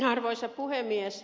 arvoisa puhemies